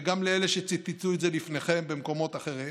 וגם לאלה שציטטו את זה לפניכם במקומות אחרים,